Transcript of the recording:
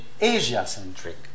Asia-centric